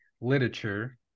literature